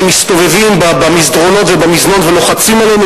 שמסתובבים במסדרונות ובמזנון ולוחצים עלינו,